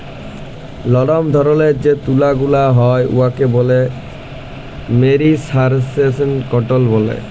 লরম ধরলের যে তুলা গুলা হ্যয় উয়াকে ব্যলে মেরিসারেস্জড কটল ব্যলে